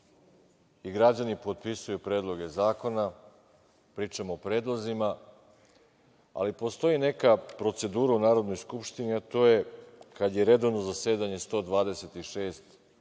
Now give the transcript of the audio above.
i građani potpisuju predloge zakona. Pričam o predlozima, ali postoji neka procedura u Narodnoj skupštini, a to je, kad je redovno zasedanje, 126 tih